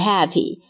Happy